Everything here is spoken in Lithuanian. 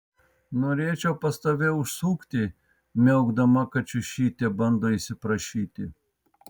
norėčiau pas tave užsukti miaukdama kačiušytė bando įsiprašyti